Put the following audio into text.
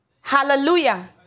Hallelujah